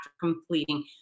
completing